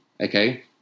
okay